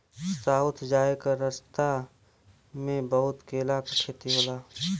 south जाए क रस्ता में बहुत केला क खेती होला